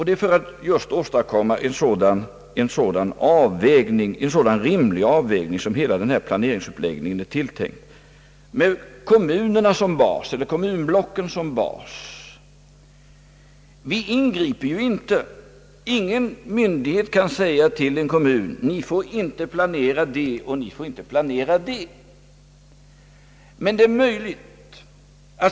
Det är just för att åstadkomma en sådan rimlig avvägning som hela denna planeringsuppläggning är tilltänkt med kommunblocken som bas. Vi ingriper inte, Ingen myndighet kan säga till en kommun: Ni får inte planera det, och ni får inte planera det.